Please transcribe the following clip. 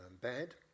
bad